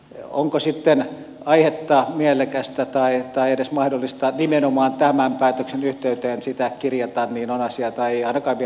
onko sitten aihetta mielekästä tai edes mahdollista nimenomaan tämän päätöksen yhteyteen sitä kirjata niin se on asia jota ei ainakaan vielä ole arvioitu